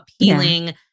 appealing